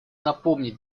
напомнить